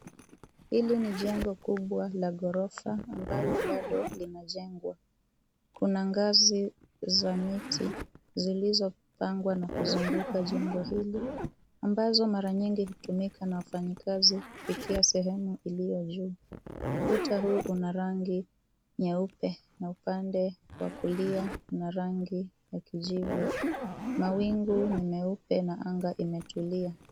Hili ni jengo kubwa la ghorofa ambalo bado linajengwa. Kuna ngazi za miti, zilizopangwa na kuzunguka jengo hili, ambazo mara nyingi hutumika na wafanyakazi kufikia sehemu iliyo juu. Ukuta huu una rangi nyeupe na upande wa kulia una rangi ya kijivu. Mawingu ni meupe na anga imetulia.